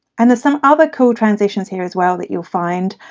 and there's some other cool transitions here as well that you'll find.